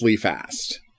Fast